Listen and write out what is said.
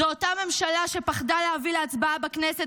זו אותה ממשלה שפחדה להביא להצבעה בכנסת